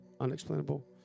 Unexplainable